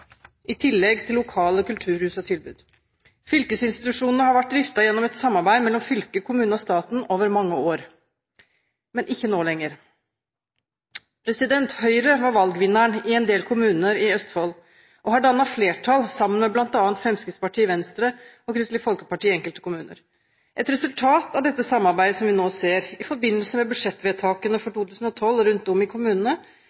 i tillegg til lokale kulturhus og -tilbud. Fylkesinstitusjonene har vært driftet gjennom et samarbeid mellom fylke, kommune og staten over mange år, men ikke nå lenger. Høyre var valgvinneren i en del kommuner i Østfold og har dannet flertall sammen med bl.a. Fremskrittspartiet, Venstre og Kristelig Folkeparti i enkelte kommuner. Et resultat av dette samarbeidet som vi nå ser i forbindelse med budsjettvedtakene for